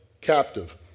captive